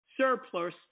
surplus